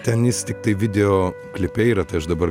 ten jis tiktai video klipe yra tai aš dabar